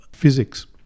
Physics